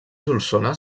solsona